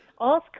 ask